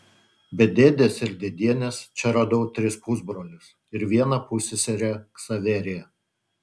be dėdės ir dėdienės čia radau tris pusbrolius ir vieną pusseserę ksaveriją